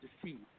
defeat